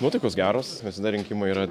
nuotaikos geros visada rinkimai yra